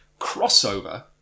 crossover